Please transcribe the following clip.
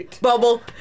bubble